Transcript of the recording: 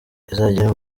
izagira